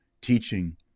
teaching